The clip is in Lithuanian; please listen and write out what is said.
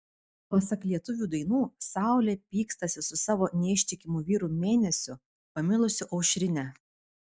pasak lietuvių dainų saulė pykstasi su savo neištikimu vyru mėnesiu pamilusiu aušrinę